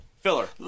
Filler